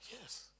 Yes